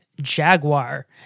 Jaguar